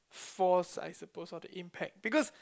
force I suppose or the impact because